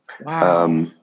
Wow